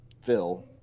Phil